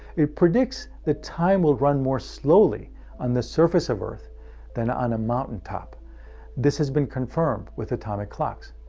it predicts that time will run more slowly on the surface of earth than on a mountaintop this has been confirmed with atomic clocks.